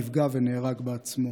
נפגע ונהרג בעצמו.